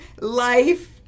life